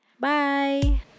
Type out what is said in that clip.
Bye